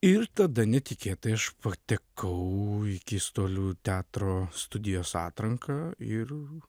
ir tada netikėtai aš patekau į keistuolių teatro studijos atranką ir